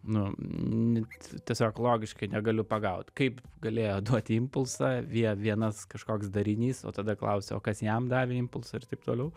nu n tiesiog logiškai negaliu pagaut kaip galėjo duoti impulsą vie vienas kažkoks darinys o tada klausia o kas jam davė impulsą ir taip toliau